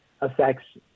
affects